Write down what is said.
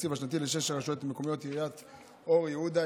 מהתקציב השנתי לשש רשויות מקומיות: עיריית אור יהודה,